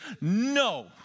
no